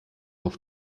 auf